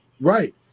Right